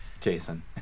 Jason